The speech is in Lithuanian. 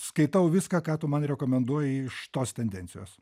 skaitau viską ką tu man rekomenduoji iš tos tendencijos